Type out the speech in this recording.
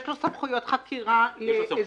יש לו סמכויות חקירה --- יש לו סמכויות.